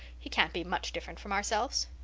he can't be much different from ourselves.